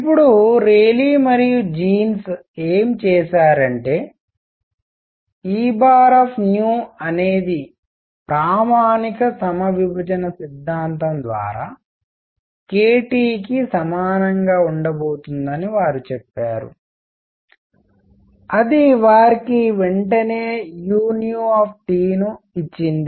ఇప్పుడు ర్యాలీ మరియు జీన్స్ ఏమి చేసారంటే E అనేది ప్రామాణిక సమవిభజన సిద్ధాంతం ద్వారా kT కి సమానంగా ఉండబోతోందని వారు చెప్పారు మరియు అది వారికి వెంటనే uను ఇచ్చింది